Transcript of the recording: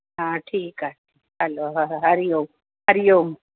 हा ठीकु आहे हलो हरि ओम हरि ओम